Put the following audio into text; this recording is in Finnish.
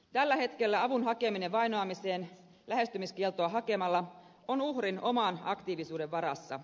tällä hetkellä avun hakeminen vainoamiseen lähestymiskieltoa hakemalla on uhrin oman aktiivisuuden varassa